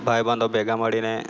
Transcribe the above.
ભાઈબંધો ભેગા મળીને